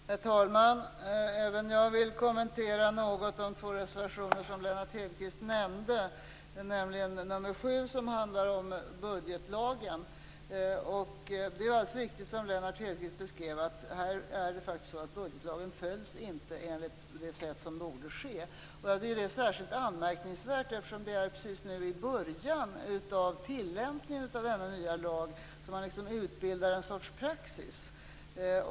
Herr talman! Även jag vill något kommentera de två reservationer som Lennart Hedquist nämnde. Det gäller nr 7 som handlar om budgetlagen. Det är alldeles riktigt som Lennart Hedquist beskrev att budgetlagen inte följs på det sätt som borde ske. Jag tycker att det är särskilt anmärkningsvärt eftersom det är precis nu i början av tillämpningen av denna nya lag som man utbildar ett slags praxis.